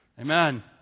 Amen